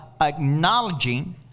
acknowledging